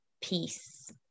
peace